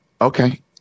Okay